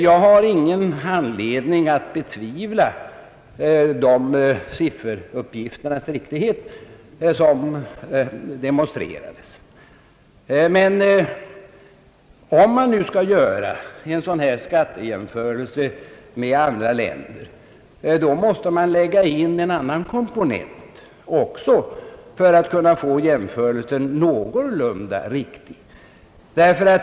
Jag har ingen anledning att betvivla riktigheten i de sifferuppgifter som demonstrerades. Men skall man nu göra en sådan här skattejämförelse med andra länder, måste man lägga in också en annan komponent för att kunna få jämförelsen någorlunda riktig.